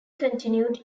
continued